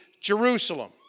Jerusalem